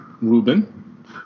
Ruben